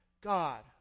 God